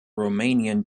romanian